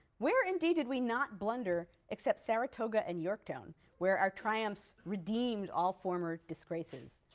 where, indeed, did we not blunder except saratoga and yorktown, where our tryumphs redeemed all former disgraces?